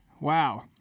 Wow